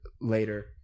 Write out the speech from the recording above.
later